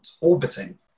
orbiting